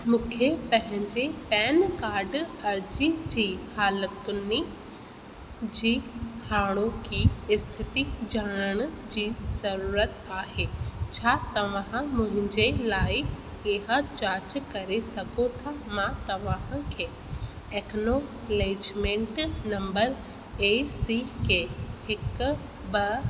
मूंखे पंहिंजे pan card अर्जी जी हालतुनि में जी हाणोकि स्थति जाणण जी ज़रुरत आहे छा तव्हां मुहिंजे लाइ इहा जाच करे सघो था मां तव्हांखे acknowledgement number A C K हिक ॿ